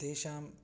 तेषाम्